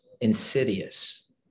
insidious